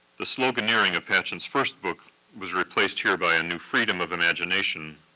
the sloganeering of patchen's first book was replaced here by a new freedom of imagination.